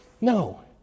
No